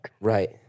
Right